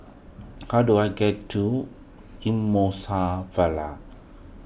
how do I get to Vale